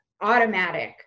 automatic